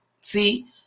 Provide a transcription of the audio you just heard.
See